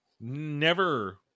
Never-